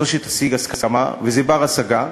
אז או שתשיג הסכמה, וזה בר-השגה,